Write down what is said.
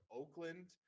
oakland